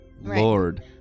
Lord